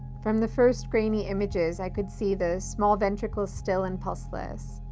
from the first grainy images i could see the small ventricles still and pulseless,